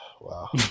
Wow